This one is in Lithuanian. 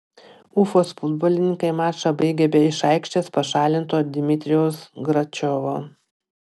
ufos futbolininkai mačą baigė be iš aikštės pašalinto dmitrijaus gračiovo